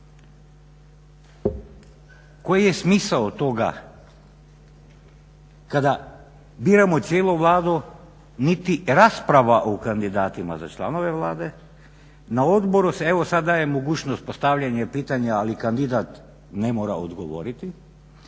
Koji je smisao toga kada biramo cijelu Vladu niti rasprava o kandidatima za članove Vlade, na odboru se evo sada dajem moćnost postavljanje pitanja ali kandidat ne mora odgovoriti.